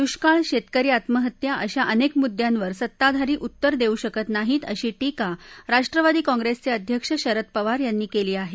दुष्काळ शेतकरी आत्महत्या अशा अनेक मुद्यांवर सत्ताधारी उत्तर देऊ शकत नाहीत अशी टीका राष्ट्रवादी काँग्रेसचे अध्यक्ष शरद पवार यांनी केली आहे